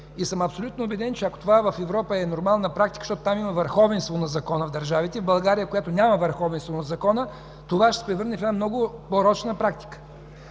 може. Абсолютно убеден съм, че ако това в Европа е нормална практика, защото там има върховенство на закона – в държавите, в България, която няма върховенство на закона, това ще се превърне в много порочна практика.